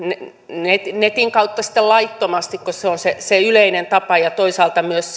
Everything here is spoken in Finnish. netin netin kautta sitten laittomasti kun se on se se yleinen tapa ja toisaalta myös